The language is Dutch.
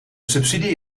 subsidie